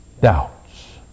doubts